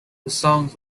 songs